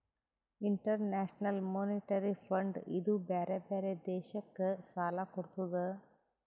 international Monetary Fund ಇದೂ ಬ್ಯಾರೆ ಬ್ಯಾರೆ ದೇಶಕ್ ಸಾಲಾ ಕೊಡ್ತುದ್